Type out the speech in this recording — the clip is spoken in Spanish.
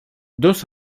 dos